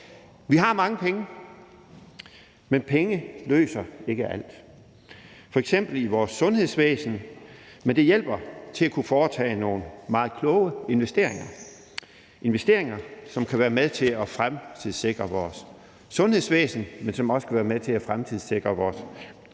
Vi har mange penge, men penge løser ikke alt, f.eks. i vores sundhedsvæsen. Men det hjælper til at kunne foretage nogle meget kloge investeringer; investeringer, som kan være med til at fremtidssikre vores sundhedsvæsen, men som også kan være med til at fremtidssikre vores